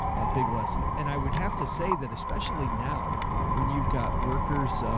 a big lesson, and i would have to say that especially now when you've got workers, ah,